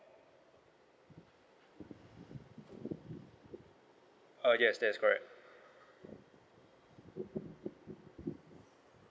uh yes that is correct